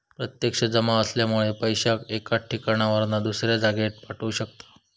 प्रत्यक्ष जमा असल्यामुळे पैशाक एका ठिकाणावरना दुसऱ्या जागेर पाठवू शकताव